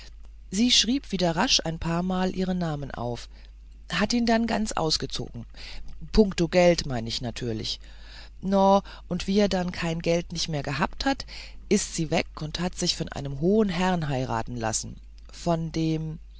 sie schrieb wieder rasch ein paarmal ihren namen auf hat ihn dann ganz ausgezogen punkto geld mein ich natürlich no und wie er dann kein geld nicht mehr gehabt hat ist sie weg und hat sich von einem hohen herrn heiraten lassen von dem